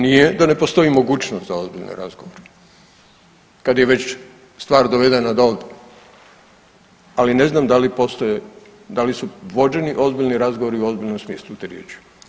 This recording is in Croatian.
Nije da ne postoji mogućnost za ozbiljne razgovore kad je već stvar dovedena dovde, ali ne znam da li postoje, da li su vođeni ozbiljni razgovori u ozbiljnom smislu te riječi.